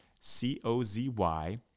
C-O-Z-Y